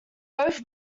both